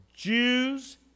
Jews